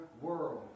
world